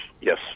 Yes